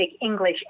English